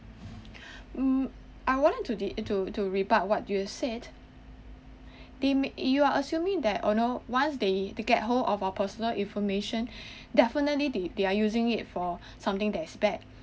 mm I wanted to the to to rebut what you have said they you are assuming that you know once they get hold of our personal information definitely they they're using it for something that is bad